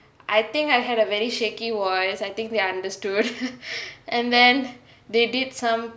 I think I had a very shaky voice I think they understood and then they did some